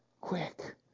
quick